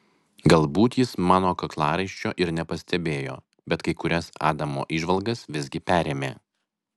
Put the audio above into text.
galbūt jis mano kaklaraiščio ir nepastebėjo bet kai kurias adamo įžvalgas visgi perėmė